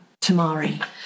Tamari